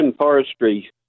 forestry